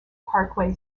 parkway